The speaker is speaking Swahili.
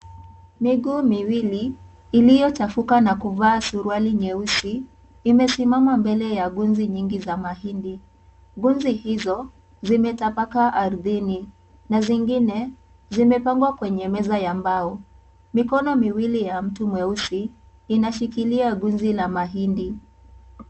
Miguu miwili iliyochafuka na kuvaa suruali nyeusi imesimama mbele ya gunzi nyingi za mahindi. Gunzi hizo zimetapakaa ardhini na zingine zimepangwa kwenye meza ya mbao. Mikono miwili ya mtu mweusi inashikilia gunzi la mahindi.